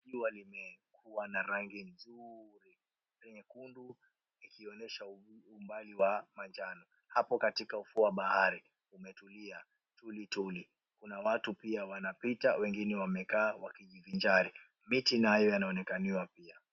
Jua limekuwa na rangi nzuri, ni nyekundu iliyoonyesha umbali wa manjano. Hapo katika ufuo wa bahari kumetulia tulituli. Kuna watu pia wanapita, wengine wamekaa wakijivinjari. Miti nayo yanaonekaniwa pia.